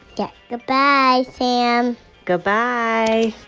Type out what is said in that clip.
yeah. goodbye, sam goodbye